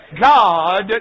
God